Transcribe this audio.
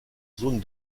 zone